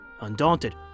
Undaunted